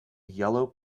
yellow